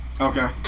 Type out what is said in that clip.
Okay